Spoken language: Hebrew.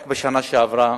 רק בשנה שעברה